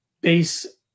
base